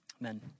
Amen